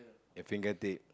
a fingertip